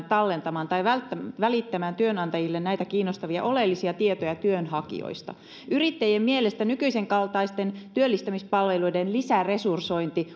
tallentamaan tai välittämään työnantajille näitä kiinnostavia oleellisia tietoja työnhakijoista yrittäjien mielestä nykyisen kaltaisten työllistämispalveluiden lisäresursointi